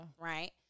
Right